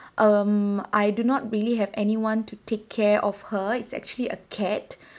uh I do not really have anyone to take care of her it's actually a cat